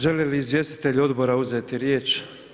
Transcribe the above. Želi li izvjestitelj odbora uzeti riječ?